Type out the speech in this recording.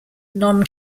non